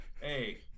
hey